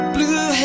Blue